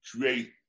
create